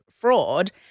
fraud